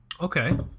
Okay